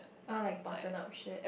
all like button up shirt